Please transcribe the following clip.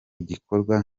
igikorwa